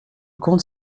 comte